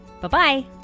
Bye-bye